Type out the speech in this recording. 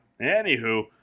Anywho